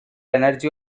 energy